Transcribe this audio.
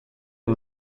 and